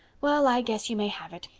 well, i guess you may have it.